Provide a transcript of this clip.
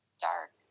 dark